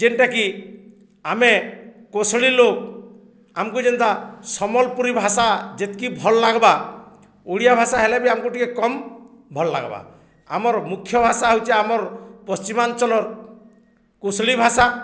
ଯେନ୍ଟାକି ଆମେ କୋଶଲୀ ଲୋକ୍ ଆମକୁ ଯେନ୍ତା ସମ୍ବଲପୁରୀ ଭାଷା ଯେତ୍କି ଭଲ୍ ଲାଗ୍ବା ଓଡ଼ିଆ ଭାଷା ହେଲେ ବି ଆମକୁ ଟିକେ କମ୍ ଭଲ୍ ଲାଗ୍ବା ଆମର ମୁଖ୍ୟ ଭାଷା ହେଉଛି ଆମର ପଶ୍ଚିମାଞ୍ଚଳର କୋଶଲୀ ଭାଷା